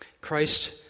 Christ